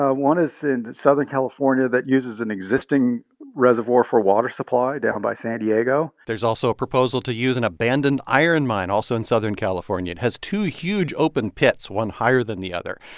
ah one is southern california that uses an existing reservoir for water supply down by san diego there's also a proposal to use an abandoned iron mine, also in southern california. it has two huge open pits, one higher than the other.